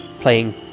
playing